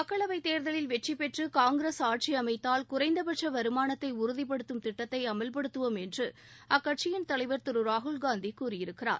மக்களவைத் தேர்தலில் வெற்றிபெற்று காங்கிரஸ் ஆட்சி அமைத்தால் குறைந்தபட்ச வருமானத்தை உறுதிபடுத்தும் திட்டத்தை அமல்படுத்துவோம் என்று அக்கட்சியின் தலைவர் திரு ராகுல் காந்தி கூறியிருக்கிறார்